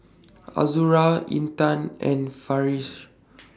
Azura Intan and Farish